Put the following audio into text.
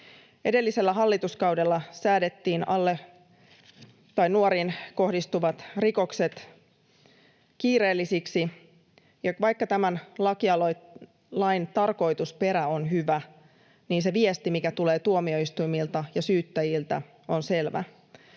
Edellisellä hallituskaudella säädettiin nuoriin kohdistuvat rikokset kiireellisiksi. Vaikka tämän lain tarkoitusperä on hyvä, se viesti, mikä tulee tuomioistuimilta ja syyttäjiltä, on selvä: